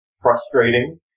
frustrating